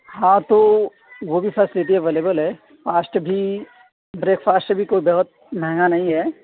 ہاں تو وہ بھی فیشیلیٹی اویلیبل ہے فاسٹ بھی بریک فاسٹ بھی کوئی بہت مہنگا نہیں ہے